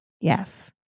Yes